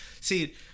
See